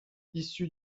issu